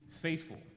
faithful